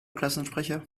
klassensprecher